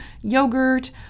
yogurt